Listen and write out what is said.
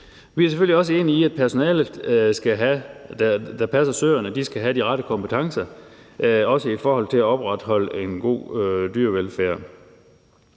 Vi er selvfølgelig også enige i, at personalet, der passer søerne, skal have de rette kompetencer, også i forhold til at opretholde en god dyrevelfærd.